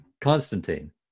Constantine